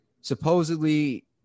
supposedly